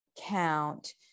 count